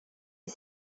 est